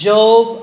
Job